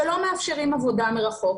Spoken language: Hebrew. שלא מאפשרים עבודה מרחוק.